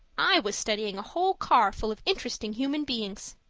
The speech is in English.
i was studying a whole car full of interesting human beings.